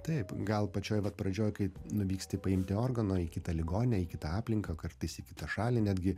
taip gal pačioj vat pradžioj kai nuvyksti paimti organo į kitą ligoninę į kitą aplinką kartais į kitą šalį netgi